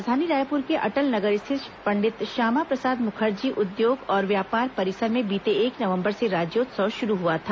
राजधानी रायपुर के अटल नगर स्थित पंडित श्यामाप्रसाद मुखर्जी उद्योग और व्यापार परिसर में बीते एक नवम्बर से राज्योत्सव शुरू हुआ था